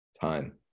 time